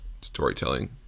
storytelling